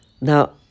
Now